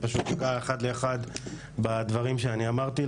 היא פשוט נגעה אחד לאחד בדברים שאני אמרתי.